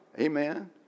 amen